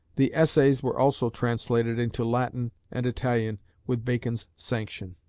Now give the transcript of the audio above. the essays were also translated into latin and italian with bacon's sanction.